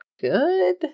good